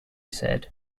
said